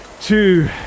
two